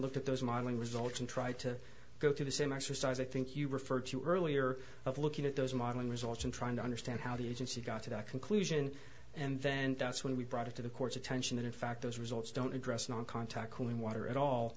looked at those modeling results and tried to go through the same exercise i think you referred to earlier of looking at those modeling results and trying to understand how the agency got to that conclusion and then when we brought it to the court's attention that in fact those results don't address non contact cooling water at all